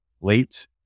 late